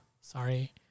Sorry